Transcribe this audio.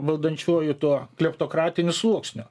valdančiuoju tuo kleptokratiniu sluoksniu